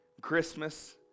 Christmas